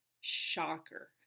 Shocker